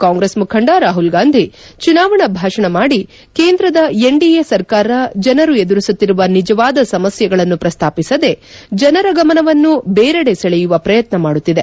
ಕಾಂಗ್ರೆಸ್ ಮುಖಂಡ ರಾಹುಲ್ ಗಾಂಧಿ ಚುನಾವಣಾ ಭಾಷಣ ಮಾಡಿ ಕೇಂದ್ರದ ಎನ್ಡಿಎ ಸರ್ಕಾರ ಜನರು ಎದುರಿಸುತ್ತಿರುವ ನಿಜವಾದ ಸಮಸ್ಯೆಗಳನ್ನು ಪ್ರಸ್ತಾಪಿಸದೆ ಜನರ ಗಮನವನ್ನು ಬೇರೆಡೆ ಸೆಳೆಯುವ ಪ್ರಯತ್ನ ಮಾಡುತ್ತಿದೆ